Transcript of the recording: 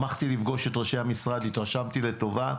שמח לפגוש את ראשי המשרד, התרשמתי לטובה.